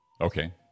Okay